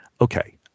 Okay